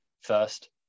first